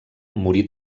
morí